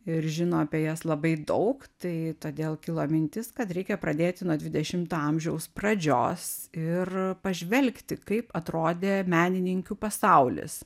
ir žino apie jas labai daug tai todėl kilo mintis kad reikia pradėti nuo dvidešimto amžiaus pradžios ir pažvelgti kaip atrodė menininkių pasaulis